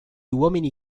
uomini